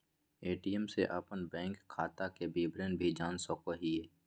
ATM से अपन bank खाता के विवरण भी जान सको हिये